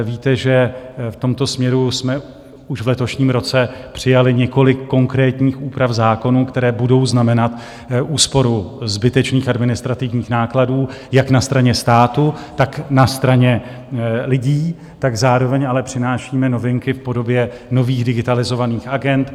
Víte, že v tomto směru jsme už v letošním roce přijali několik konkrétních úprav zákonů, které budou znamenat úsporu zbytečných administrativních nákladů jak na straně státu, tak na straně lidí, zároveň ale přinášíme novinky v podobě nových digitalizovaných agend.